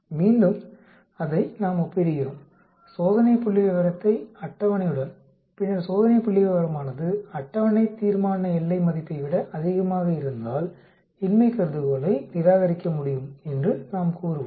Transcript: மீண்டும் அதை நாம் ஒப்பிடுகிறோம் சோதனை புள்ளிவிவரத்தை அட்டவணையுடன் பின்னர் சோதனை புள்ளிவிவரமானது அட்டவணை தீர்மான எல்லை மதிப்பை விட அதிகமாக இருந்தால் இன்மை கருதுகோளை நிராகரிக்க முடியும் என்று நாம் கூறுவோம்